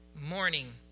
Morning